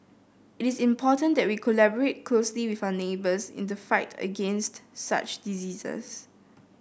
it is important that we collaborate closely with our neighbours in the fight against such diseases